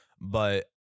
But-